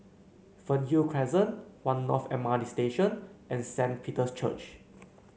Fernhill Crescent One North M R T Station and Saint Peter's Church